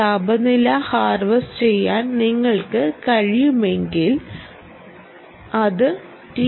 ഈ താപനില ഹാർവെസ്റ്റ് ചെയ്യാൻ നിങ്ങൾക്ക് കഴിയുമെങ്കിൽ അത് ടി